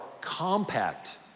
Compact